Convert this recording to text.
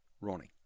Ronnie